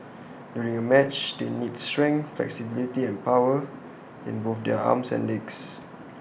during A match they need strength flexibility and power in both their arms and legs